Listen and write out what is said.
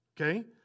Okay